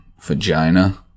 vagina